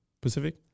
Pacific